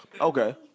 Okay